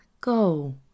Go